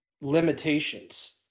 limitations